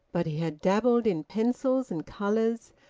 but he had dabbled in pencils and colours,